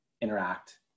interact